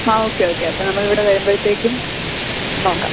ആ okay okay അപ്പം നമ്മൾ ഇവിടെ വരുമ്പോഴത്തേക്കും നോക്കാം